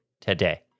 today